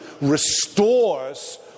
restores